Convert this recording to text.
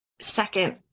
second